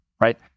Right